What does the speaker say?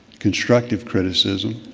constructive criticism.